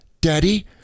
Daddy